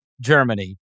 Germany